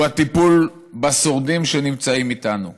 הן הטיפול בשורדים שנמצאים איתנו.